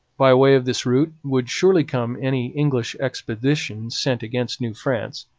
by way of this route would surely come any english expedition sent against new france,